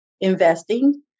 investing